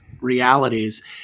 realities